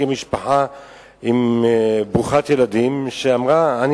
אני מכיר משפחה ברוכת ילדים שאמרה: אני